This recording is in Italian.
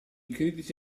critici